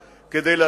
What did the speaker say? לא מספיק מגובש,